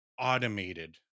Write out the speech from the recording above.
automated